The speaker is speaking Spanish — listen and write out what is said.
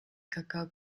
cacao